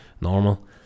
normal